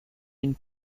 une